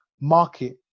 market